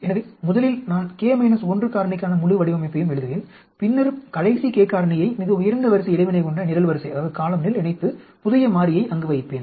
எனவே முதலில் நான் k 1 காரணிக்கான முழு வடிவமைப்பையும் எழுதுவேன் பின்னர் கடைசி k காரணியை மிக உயர்ந்த வரிசை இடைவினை கொண்ட நிரல்வரிசையில் இணைத்து புதிய மாறியை அங்கு வைப்பேன்